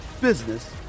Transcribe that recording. business